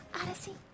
Odyssey